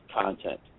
content